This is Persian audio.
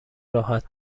راحت